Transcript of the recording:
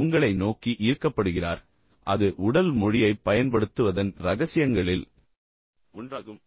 உங்களை நோக்கி ஈர்க்கப்படுகிறார் அது உடல் மொழியைப் பயன்படுத்துவதன் ரகசியங்களில் ஒன்றாகும்